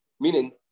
Meaning